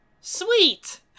sweet